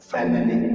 Family